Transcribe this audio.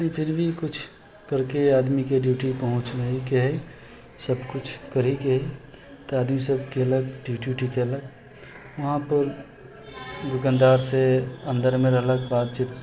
फिर भी किछु करिके आदमीके ड्यूटी पहुँचनाइके हइ सब किछु करिके हइ तऽ आदमीसब केलक ड्यूटी यूटी केलक वहाँपर दुकानदारसँ अन्दरमे रहलक बातचीत